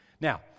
Now